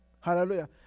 Hallelujah